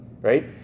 right